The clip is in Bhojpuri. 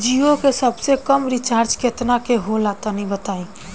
जीओ के सबसे कम रिचार्ज केतना के होला तनि बताई?